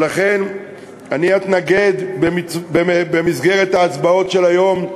ולכן אני אתנגד, במסגרת ההצבעות של היום,